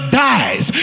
dies